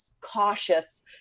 cautious